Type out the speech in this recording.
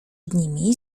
nimi